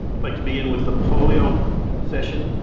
like to begin with the polio session.